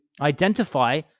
identify